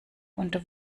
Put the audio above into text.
und